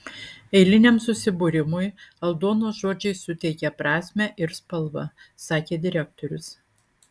eiliniam susibūrimui aldonos žodžiai suteikia prasmę ir spalvą sakė direktorius